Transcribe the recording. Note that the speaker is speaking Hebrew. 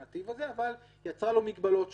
הנתיב הזה אבל יצרה לו מגבלות שונות.